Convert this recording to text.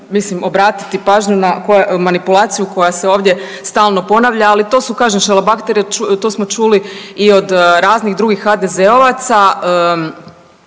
mislim obratiti pažnju na manipulaciju koja se ovdje stalno ponavlja, ali to su kažem šalabahteri, to smo čuli i od raznih drugih HDZ-ovaca,